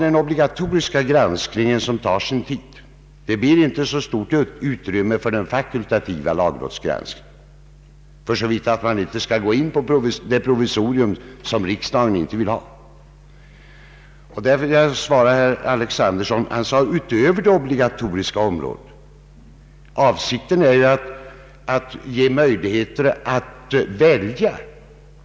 Den obligatoriska granskningen tar så lång tid att det inte blir så stort utrymme för den fakultativa lagrådsgranskningen, för så vitt man inte tillämpar det provisorium som riksdagen inte vill ha. Herr Alexanderson talade om en granskning utöver den som sker inom det obligatoriska området. Avsikten är ju att det skall bli möjligt att välja.